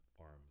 arms